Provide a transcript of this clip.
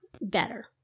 better